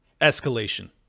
escalation